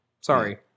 sorry